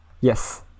Yes